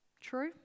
true